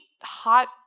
hot